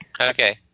Okay